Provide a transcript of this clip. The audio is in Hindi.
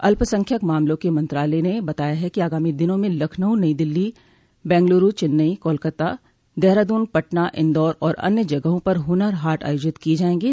अल्पसंख्यक मामलों के मंत्रालय ने बताया कि आगामी दिनों में लखनऊ नई दिल्ली बेंग्लुरू चेन्नई कोलकाता देहरादून पटना इंदौर और अन्य जगहों पर हुनर हाट आयोजित किये जायेंगे